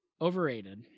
overrated